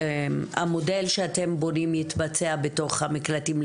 או שהמודל שאתם בונים יתבצע בתוך המקלטים,